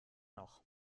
noch